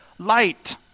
light